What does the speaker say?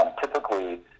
typically